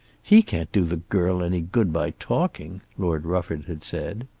he can't do the girl any good by talking, lord rufford had said.